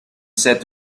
said